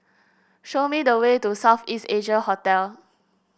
show me the way to South East Asia Hotel